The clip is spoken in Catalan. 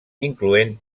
incloent